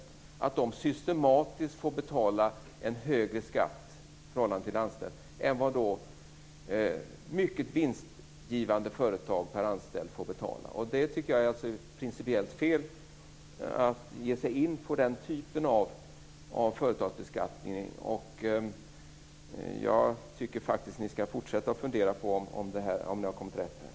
De skulle systematiskt få betala en högre skatt per anställd än vad mycket vinstgivande företag får göra per anställd. Jag tycker att det är principiellt fel att ge sig in på den typen av företagsbeskattning. Jag menar faktiskt att ni skall fortsätta att fundera på om ni har kommit rätt här.